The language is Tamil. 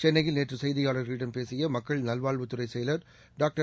சென்னையில் நேற்று செய்தியாளர்களிடம் பேசிய மக்கள் நல்வாழ்வுத்துறை செயலாளர் டாக்டர்